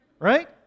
Right